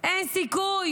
אין סיכוי